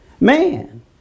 Man